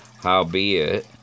howbeit